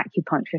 acupuncturist